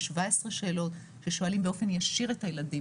יש 17 שאלות ששואלים באופן ישיר את הילדים.